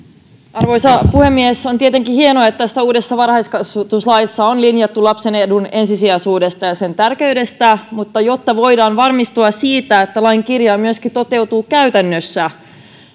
arvoisa puhemies on tietenkin hienoa että tässä uudessa varhaiskasvatuslaissa on linjattu lapsen edun ensisijaisuudesta ja sen tärkeydestä mutta jotta voidaan varmistua siitä että lain kirjain myöskin toteutuu käytännössä